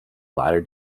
latter